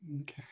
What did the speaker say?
okay